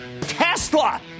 Tesla